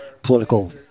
political